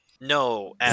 No